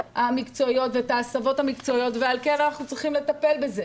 המקצועיות ואת ההסבות המקצועיות ועל כן אנחנו צריכים לטפל בזה